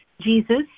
Jesus